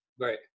Right